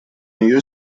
нее